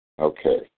Okay